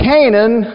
Canaan